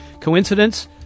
Coincidence